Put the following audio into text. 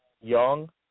Young